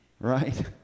Right